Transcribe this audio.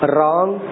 Wrong